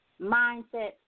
mindsets